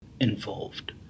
involved